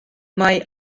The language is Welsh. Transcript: mae